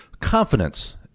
confidence